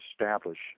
establish